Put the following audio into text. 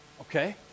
okay